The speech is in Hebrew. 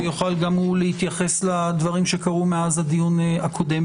ויוכל גם הוא להתייחס לדברים שקרו מאז הדיון הקודם.